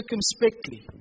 circumspectly